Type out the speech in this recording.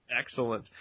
Excellent